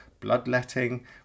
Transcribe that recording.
bloodletting